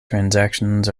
transactions